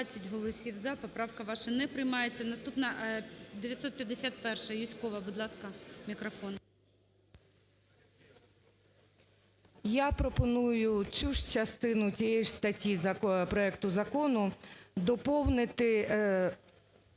Я пропоную цю ж частину тієї ж статті проекту закону доповнити